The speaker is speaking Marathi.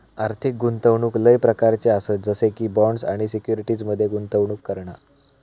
आर्थिक गुंतवणूक लय प्रकारच्ये आसत जसे की बॉण्ड्स आणि सिक्युरिटीज मध्ये गुंतवणूक करणा